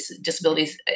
disabilities